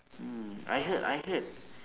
mm I heard I heard